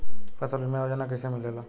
फसल बीमा योजना कैसे मिलेला?